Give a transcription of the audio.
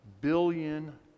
billion